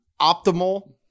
optimal